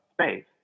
space